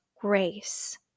grace